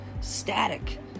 static